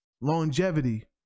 Longevity